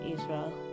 Israel